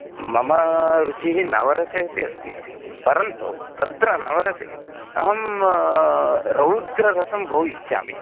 मम रुचिः नवरसेपि अस्ति परन्तु तत्र नवरसे अहं रौद्ररसं बहु इच्छामि